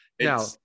Now